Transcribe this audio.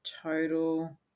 total